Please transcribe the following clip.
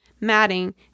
matting